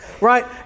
right